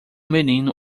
menino